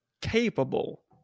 capable